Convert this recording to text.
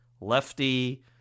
lefty